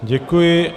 Děkuji.